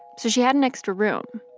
so she had an extra room.